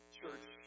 church